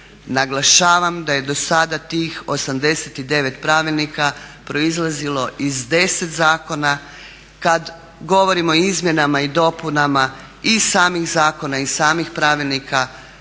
Naglašavam da je dosada tih 89 pravilnika proizlazilo iz 10 zakona. Kad govorimo o izmjenama i dopunama i samih zakona i samih pravilnika